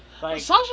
Sasha